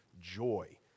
joy